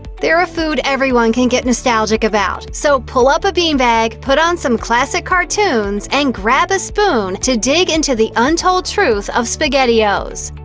they're a food everyone can get nostalgic about. so pull up a bean bag, put on some classic cartoons and grab a spoon to dig into the untold truth of spaghettios.